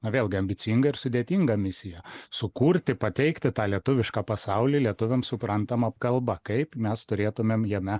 vėlgi ambicingą ir sudėtingą misiją sukurti pateikti tą lietuvišką pasaulį lietuviams suprantama kalba kaip mes turėtumėm jame